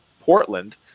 Portland